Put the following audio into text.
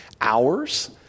hours